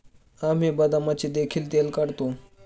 आम्ही बदामाचे देखील तेल काढतो